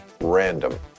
random